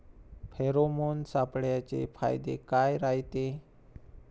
Pheromone सापळ्याचे फायदे काय रायते?